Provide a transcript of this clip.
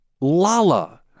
Lala